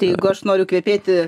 tai jeigu aš noriu kvepėti